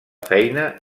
feina